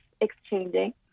exchanging